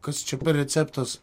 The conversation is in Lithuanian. kas čia per receptas